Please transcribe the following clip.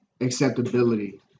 acceptability